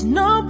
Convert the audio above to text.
no